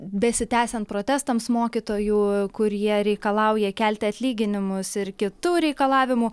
besitęsiant protestams mokytojų kurie reikalauja kelti atlyginimus ir kitų reikalavimų